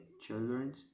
children